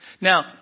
Now